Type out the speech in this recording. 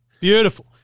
Beautiful